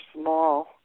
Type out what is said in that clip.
small